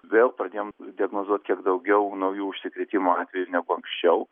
vėl pradėjom diagnozuoti kiek daugiau naujų užsikrėtimo atvejų negu anksčiau